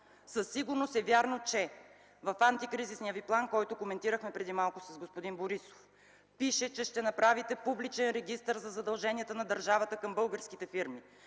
Със сигурност е вярно, че в антикризисния ви план, който коментирахме преди малко с господин Борисов, пише, че ще направите Публичен регистър за задълженията на държавата към българските фирми